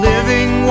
Living